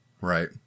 right